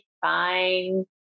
fine